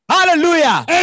Hallelujah